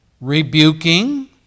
rebuking